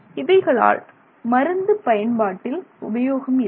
இவைகளால் மருந்து பயன்பாட்டில் உபயோகமில்லை